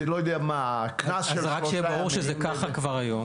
לא יודע מה קנס של שלושה ימים.